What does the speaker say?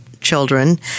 children